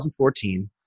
2014